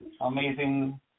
amazing